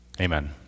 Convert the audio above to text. Amen